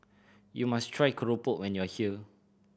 you must try keropok when you are here